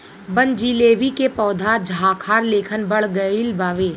बनजीलेबी के पौधा झाखार लेखन बढ़ गइल बावे